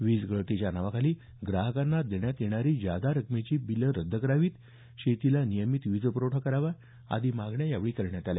वीज गळतीच्या नावाखाली ग्राहकांना देण्यात येणारी जादा रकमेची बिलं रद्द करावी शेतीला नियमित वीज प्रवठा करावा आदी मागण्या यावेळी करण्यात आल्या